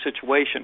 situation